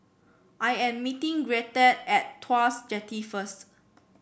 I am meeting Gretta at Tuas Jetty first